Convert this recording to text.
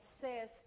says